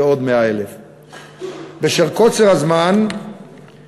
זה עוד 100,000. בשל קוצר הזמן אסקור